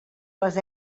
les